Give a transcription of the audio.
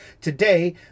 Today